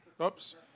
Oops